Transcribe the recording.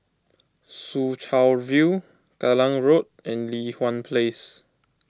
Soo Chow View Kallang Road and Li Hwan Place